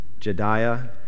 Jediah